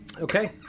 Okay